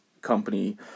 company